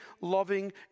loving